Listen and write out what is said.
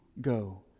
go